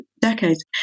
decades